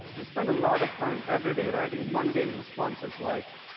we spend a lot of time every day writing mundane responses, like,